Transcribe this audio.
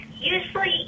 Usually